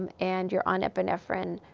um and you're on epinephrine,